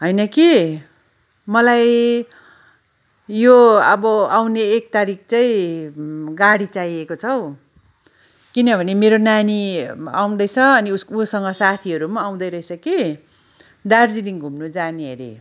होइन कि मलाई यो अब आउने एक तारिक चाहिँ गाडी चाहिएको छ हौ किनभने मेरो नानी आउँदैछ अनि ऊ उसँग साथीहरू पनि आउँदै रहेछ कि दार्जिलिङ घुम्न जाने अरे